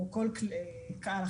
או לחילופין